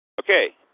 okay